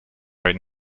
right